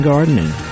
Gardening